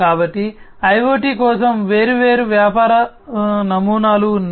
కాబట్టి IoT కోసం వేర్వేరు వ్యాపార నమూనాలు ఉన్నాయి